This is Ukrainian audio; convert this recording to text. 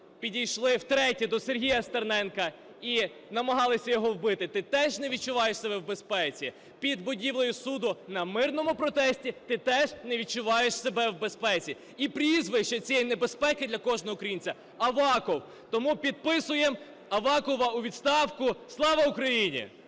підійшли втретє до Сергія Стерненка і намагалися його вбити, ти теж не відчуваєш себе в безпеці. Під будівлею суду на мирному протесті ти теж не відчуваєш себе в безпеці. І прізвище цієї небезпеки для кожного українця – Аваков. Тому підписуємо Авакова у відставку. Слава Україні!